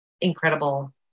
incredible